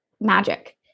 magic